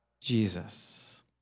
Jesus